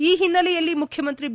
ಈ ಹಿನ್ನೆಲೆಯಲ್ಲಿ ಮುಖ್ಲಮಂತ್ರಿ ಬಿ